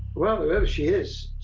whoever whoever she is,